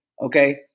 Okay